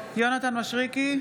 יונתן מישרקי,